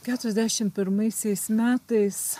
keturiasdešim pirmaisiais metais